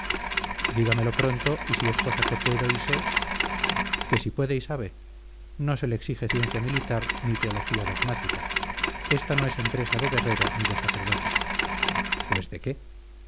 dígamelo pronto y si es cosa que puedo y sé que si puede y sabe no se le exige ciencia militar ni teología dogmática ésta no es empresa de guerrero ni de sacerdote pues de qué